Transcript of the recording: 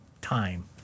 time